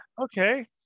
Okay